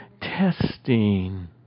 testing